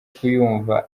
kuyumva